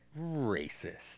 racist